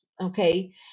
okay